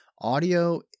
audio